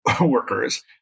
workers